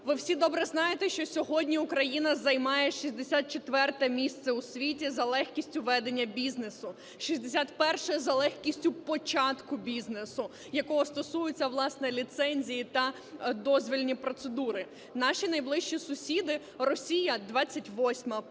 Ви всі добре знаєте, що сьогодні Україна займає 64 місце у світі за легкістю ведення бізнесу, 61-е за легкістю початку бізнесу, якого стосуються, власне ліцензії та дозвільні процедури. Наші найближчі сусіди: Росія - 28-ма,